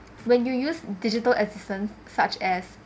when you use digital assistance such as